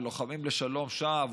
ולוחמים לשלום שם,